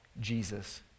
Jesus